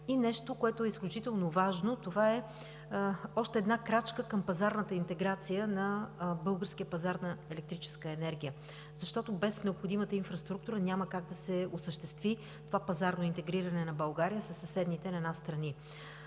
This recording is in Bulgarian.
И нещо, което е изключително важно, това е още една крачка към пазарната интеграция на българския пазар на електрическа енергия. Без необходимата инфраструктура няма как да се осъществи това пазарно интегриране на България със съседните на нас страни.